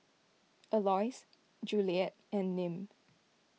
Alois Juliette and Nim